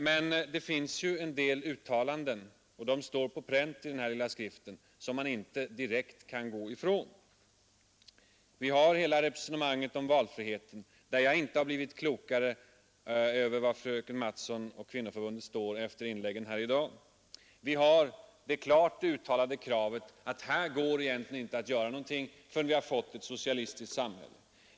Men det finns en del andra uttalanden — och de står på pränt i den här lilla skriften — som man inte kan komma ifrån. Det gäller hela resonemanget om valfriheten, och jag har efter dagens debatt inte blivit klokare på var fröken Mattson och kvinnoförbundet i dag står. Här finns också det klara uttalandet, att det egentligen inte går att göra någonting förrän vi fått ett socialistiskt samhälle.